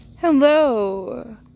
Hello